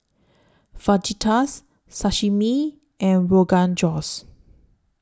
Fajitas Sashimi and Rogan Josh